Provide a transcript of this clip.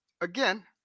again